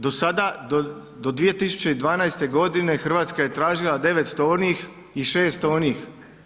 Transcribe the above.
Do sada, do 2012. godine, Hrvatska je tražila 900 onih i 600 onih.